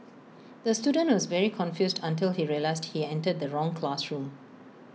the student was very confused until he realised he entered the wrong classroom